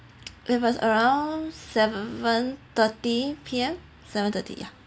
it was around seven thirty P_M seven thirty yeah